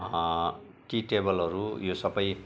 T टेबलहरू यो सबै